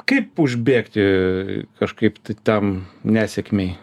kaip užbėgti kažkaip tai tam nesėkmei